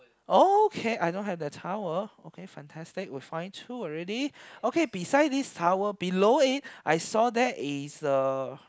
okay I don't have that towel okay fantastic we find two already okay beside this towel below it I saw that is a